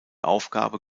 aufgabe